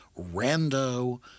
rando-